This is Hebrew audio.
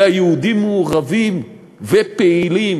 אלא היהודים מעורבים ופעילים